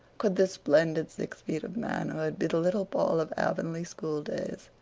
could this splendid six feet of manhood be the little paul of avonlea schooldays?